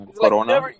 Corona